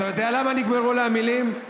אתה יודע למה נגמרו לי המילים?